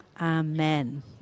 amen